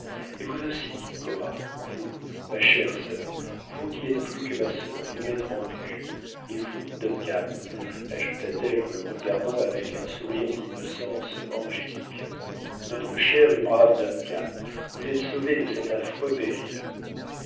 et vous aussi cora vous ma chère sœur vous qui êtes plus que ma sœur vous m'êtes rendue et vous duncan ajouta-t-elle en le regardant avec un sourire d'innocence angélique notre cher et brave duncan vous êtes sauvé de cet affreux péril